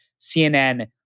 CNN